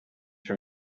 from